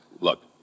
Look